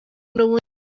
n’ubundi